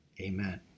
Amen